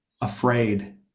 afraid